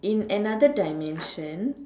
in another dimension